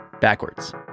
backwards